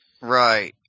right